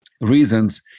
Reasons